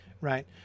Right